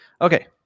Okay